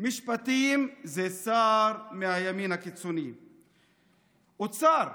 משפטים, זה סער, מהימין הקיצוני, אוצר,